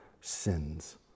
sins